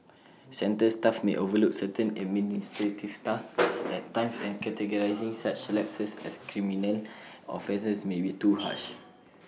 centre staff may overlook certain administrative tasks at times and categorising such lapses as criminal offences may be too harsh